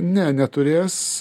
ne neturės